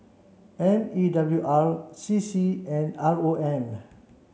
M E W R C C and R O M